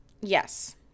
yes